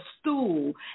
stool